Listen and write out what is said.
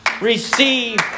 Receive